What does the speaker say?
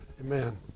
Amen